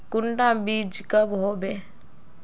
कुंडा बीज कब होबे?